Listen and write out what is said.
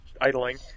idling